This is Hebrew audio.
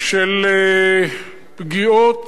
של פגיעות